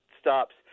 stops